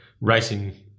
racing